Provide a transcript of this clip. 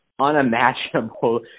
unimaginable